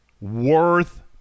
worth